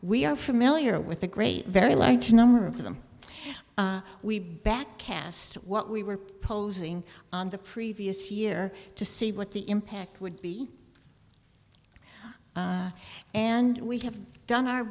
we are familiar with the great very likely number of them we back cast what we were posing on the previous year to see what the impact would be and we have done our